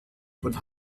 von